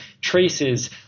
traces